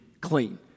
clean